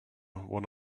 one